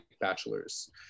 bachelor's